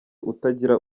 utagira